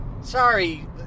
Sorry